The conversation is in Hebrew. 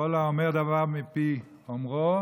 כל האומר דבר מפי אומרו